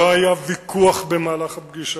לא היה ויכוח במהלך הפגישה.